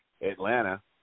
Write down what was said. Atlanta